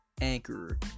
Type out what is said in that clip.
Anchor